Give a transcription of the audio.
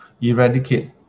eradicate